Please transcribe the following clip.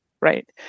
Right